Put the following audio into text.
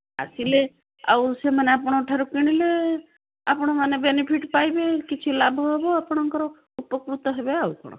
ଆସିଲେ ଆଉ ସେମାନେ ଆପଣଙ୍କଠାରୁ କିଣିଲେ ଆପଣ ମାନେ ବେନିଫିଟ୍ ପାଇବେ କିଛି ଲାଭ ହେବ ଆପଣଙ୍କର ଉପକୃତ ହେବେ ଆଉ କ'ଣ